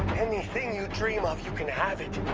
anything you dream of, you can have it